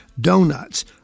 donuts